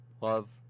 love